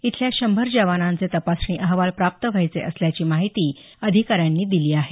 इथल्या शंभर जवानांचे तपासणी अहवाल प्राप्त व्हायचे असल्याची माहिती असल्याची माहिती अधिकाऱ्यांनी दिली आहे